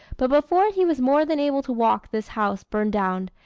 but before he was more than able to walk this house burned down,